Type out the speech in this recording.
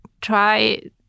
try